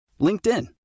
LinkedIn